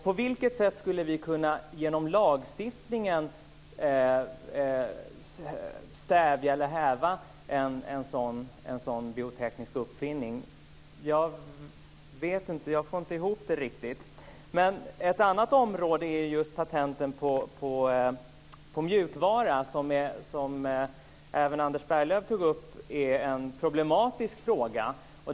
På vilket sätt skulle vi genom lagstiftning kunna stävja en sådan bioteknisk uppfinning? Jag får inte ihop det riktigt. Ett annat område är just patentet på mjukvara som även Anders Berglöv menade är en problematisk fråga.